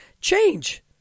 change